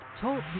Talk